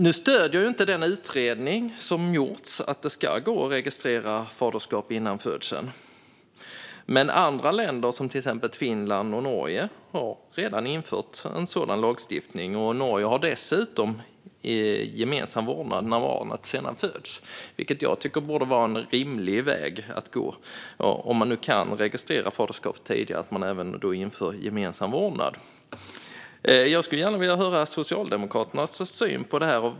Nu stöder inte den utredning som har gjorts att det ska gå att registrera faderskap före födseln. Men andra länder, till exempel Finland och Norge, har redan infört en sådan lagstiftning. I Norge har man dessutom gemensam vårdnad när barnet sedan föds, vilket jag tycker borde vara en rimlig väg att gå. Om man nu kan registrera faderskap tidigare borde man även införa gemensam vårdnad. Jag skulle gärna vilja höra Socialdemokraternas syn på detta.